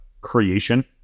creation